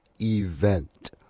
event